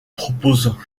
propose